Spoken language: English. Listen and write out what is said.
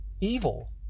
evil